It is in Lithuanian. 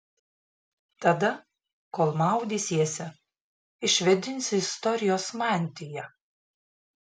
tada kol maudysiesi išvėdinsiu istorijos mantiją